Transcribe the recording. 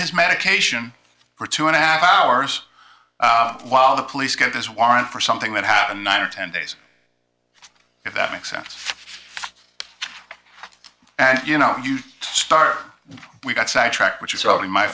his medication for two and a half hours while the police get this warrant for something that happened nine or ten days if that makes sense and you know you start we got sidetracked which is probably my